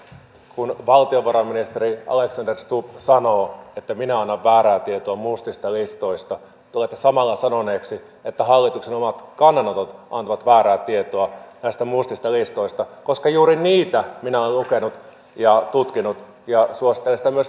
kun valtiovarainministeri alexander stubb sanoo että minä annan väärää tietoa mustista listoista tulette samalla sanoneeksi että hallituksen omat kannanotot antavat väärää tietoa näistä mustista listoista koska juuri niitä minä olen lukenut ja tutkinut ja suosittelen sitä myös teille